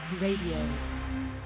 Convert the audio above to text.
radio